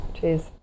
Cheers